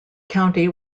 county